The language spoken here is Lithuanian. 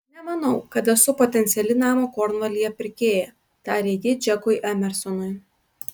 nemanau kad esu potenciali namo kornvalyje pirkėja tarė ji džekui emersonui